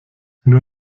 nur